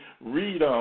read